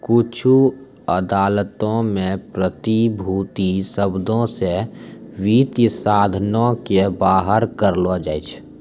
कुछु अदालतो मे प्रतिभूति शब्दो से वित्तीय साधनो के बाहर रखलो जाय छै